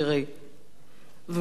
ובכל זאת אומר את הדברים,